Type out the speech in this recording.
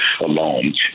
alone